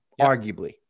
arguably